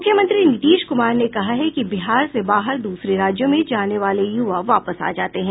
मुख्यमंत्री नीतीश कुमार ने कहा है कि बिहार से बाहर दूसरे राज्यों में जाने वाले युवा वापस आ जाते हैं